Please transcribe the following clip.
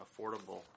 affordable